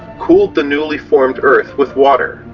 cooled the newly formed earth with water.